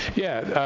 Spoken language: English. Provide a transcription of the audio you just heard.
yeah.